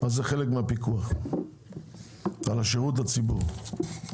זה חלק מהפיקוח על השירות לציבור.